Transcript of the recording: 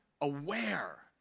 aware